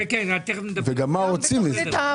מה זה "ההתייעלות בכוח האדם"?